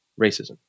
racism